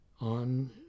on